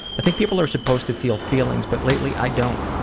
i think people are supposed to feel feeling but lately i don't.